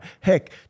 Heck